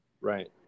right